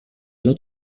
lot